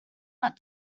not